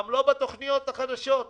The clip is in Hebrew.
גם לא בתכניות החדשות.